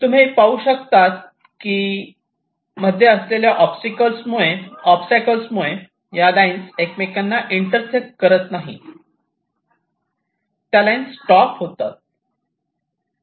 तुम्ही पाहू शकतात की मध्ये असलेल्या ओबस्टॅकल्स मुळे या लाइन्स एकमेकांना इंटरसेक्ट करत नाही त्या लाइन्स स्टॉप होतात